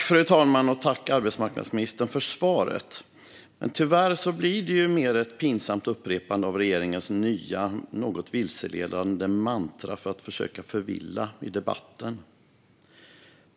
Fru talman! Tack, arbetsmarknadsministern, för svaret! Men tyvärr blir det bara ett pinsamt upprepande av regeringens nya, något vilseledande, mantra för att försöka förvilla i debatten.